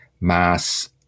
mass